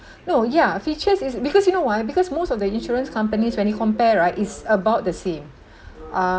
no ya features is because you know why because most of the insurance companies when you compare right is about the same um